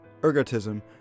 Ergotism